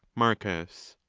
marcus.